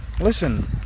listen